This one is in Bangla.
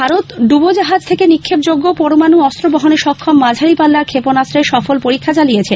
ভারত ডুবো জাহাজ থেকে নিক্ষেপযোগ্য পরমাণু অস্ত্র বহনে সক্ষম মাঝারি পাল্লার ক্ষেপনাস্ত্রের সফল পরীক্ষা চালিয়েছে